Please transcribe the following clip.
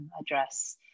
address